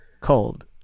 cold